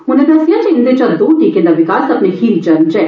उनें दस्सेआ जे इंदे चा दौँ टीकें दा विकास अपने खीरी चरण च ऐ